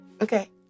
Okay